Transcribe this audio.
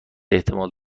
احتمال